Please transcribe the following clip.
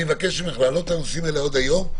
אני מבקש ממך להעלות את הנושאים האלה עוד היום.